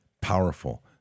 powerful